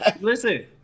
Listen